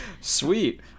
Sweet